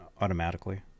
automatically